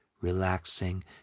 relaxing